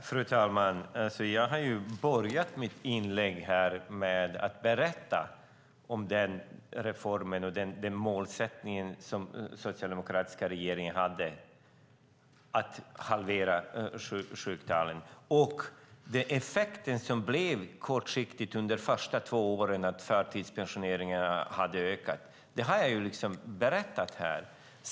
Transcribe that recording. Fru talman! Jag började mitt förra inlägg med att berätta om den reform och den målsättning som den socialdemokratiska regeringen hade, att halvera sjuktalen. Den kortsiktiga effekten, under de två första åren, blev att förtidspensioneringarna ökade, vilket jag sade.